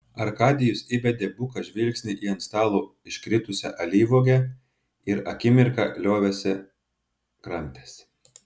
arkadijus įbedė buką žvilgsnį į ant stalo iškritusią alyvuogę ir akimirką liovėsi kramtęs